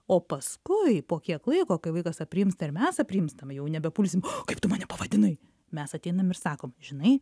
o paskui po kiek laiko kai vaikas aprimsta ir mes aprimstame jau nebekulsim kaip tu mane pavadinai mes ateinam ir sakom žinai